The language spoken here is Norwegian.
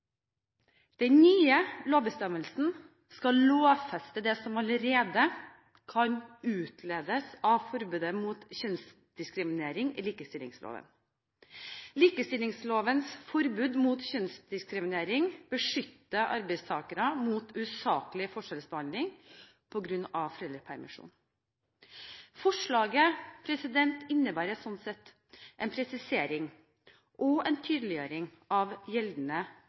Den nye lovbestemmelsen skal lovfeste det som allerede kan utledes av forbudet mot kjønnsdiskriminering i likestillingsloven. Likestillingslovens forbud mot kjønnsdiskriminering beskytter arbeidstakere mot usaklig forskjellsbehandling på grunn av foreldrepermisjon. Forslaget innebærer slik sett en presisering og en tydeliggjøring av gjeldende